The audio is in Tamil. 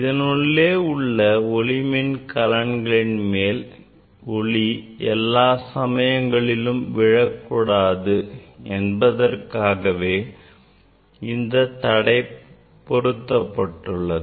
இதனுள்ளே உள்ள ஒளிமின்கலனின் மேல் ஒளி எல்லா சமயங்களிலும் விழக்கூடாது என்பதற்காகவே இந்த தடை பொருத்தப்பட்டுள்ளது